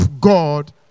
God